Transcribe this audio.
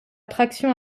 traction